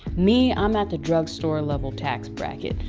me, i'm at the drug store level tax bracket.